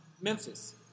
Memphis